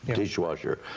dishwasher,